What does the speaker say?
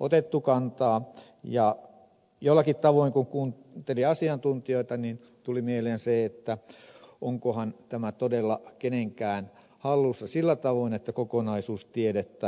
otettu kantaa ja jollakin tavoin kun kuunteli asiantuntijoita tuli mieleen se onkohan tämä todella kenenkään hallussa sillä tavoin että kokonaisuus tiedettäisiin